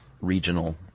regional